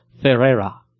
Ferreira